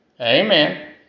Amen